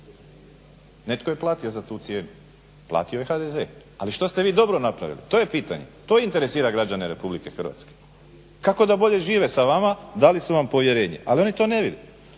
Netko je platio za tu cijenu. Platio je HDZ. Ali što ste vi dobro napravili to je pitanje, to interesira građane RH. Kako da bolje žive sa vama, dali su vam povjerenje. Ali oni to ne vide.